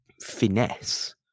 finesse